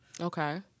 Okay